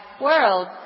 world